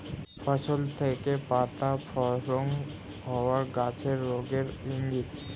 ফসল থেকে পাতা স্খলন হওয়া গাছের রোগের ইংগিত